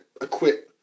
acquit